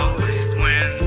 always wins